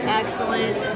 excellent